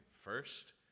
First